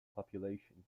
population